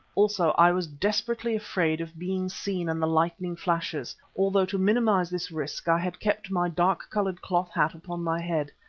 also i was desperately afraid of being seen in the lightning flashes, although to minimise this risk i had kept my dark-coloured cloth hat upon my head.